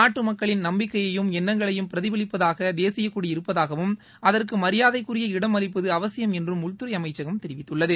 நாட்டுமக்களின் நம்பிக்கையையும் எண்ணங்களையும் பிரதிபலிப்பதாக தேசியக்கொடி இருப்பதாகவும் அதற்கு மரியாதைக்குரிய இடம் அளிப்பது அவசியம் என்றும் உள்துறை அமைச்சகம் தெரிவித்துள்ளது